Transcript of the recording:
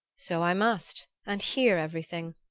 so i must and hear everything.